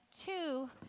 two